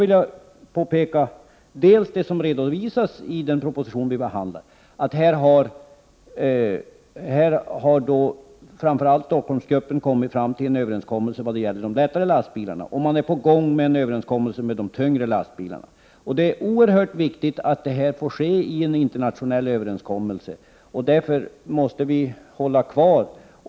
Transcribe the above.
Låt mig erinra om vad som redovisas i propositionen, nämligen att Stockholmsgruppen har kommit fram till en överenskommelse för de lättare lastbilarna, och en överenskommelse kommer också att träffas i fråga om de tyngre. Det är oerhört viktigt att en internationell överenskommelse träffas på detta område.